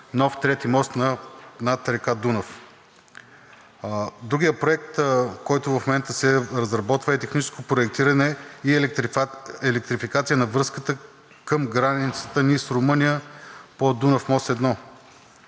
нов трети мост над река Дунав. Другият проект, който в момента се разработва, е техническо проектиране и електрификация на връзката към границата ни с Румъния по Дунав мост 1.